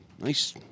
Nice